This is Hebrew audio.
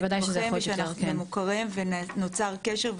הם מדווחים ומוכרים ונוצר קשר,